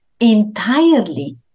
entirely